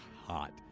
hot